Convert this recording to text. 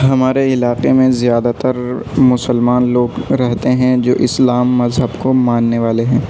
ہمارے علاقے میں زیادہ تر مسلمان لوگ رہتے ہیں جو اسلام مذہب کو ماننے والے ہیں